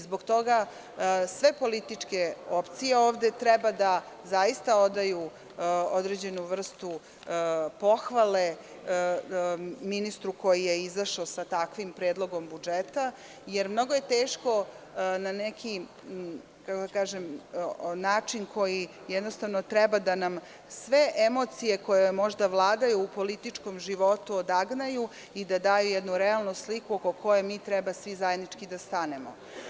Zbog toga sve političke opcije ovde treba da zaista odaju određenu vrstu pohvale ministru koji je izašao sa takvim predlogom budžeta, jer mnogo je teško na neki način koji treba da nam sve emocije koje možda vladaju u političkom životu odagnaju i da da jednu realnu sliku oko koje mi treba svi zajednički da stanemo.